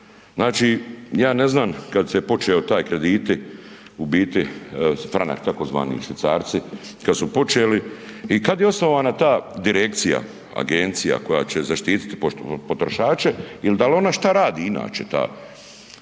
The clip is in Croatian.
Znači ja ne znam kad se počeo taj krediti u biti Franak tzv. Švicarci, kad su počeli i kad je osnovana ta direkcija, agencija koja će zaštiti potrošače i dal ona šta radi inače ta?